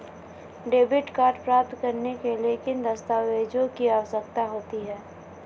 Debit card प्राप्त करने के लिए किन दस्तावेज़ों की आवश्यकता होती है?